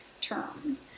term